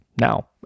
Now